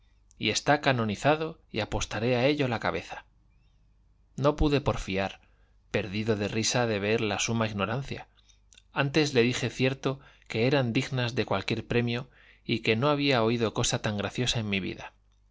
y está canonizado y apostaré a ello la cabeza no pude porfiar perdido de risa de ver la suma ignorancia antes le dije cierto que eran dignas de cualquier premio y que no había oído cosa tan graciosa en mi vida